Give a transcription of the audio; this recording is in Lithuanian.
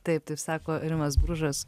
taip taip sako rimas bružas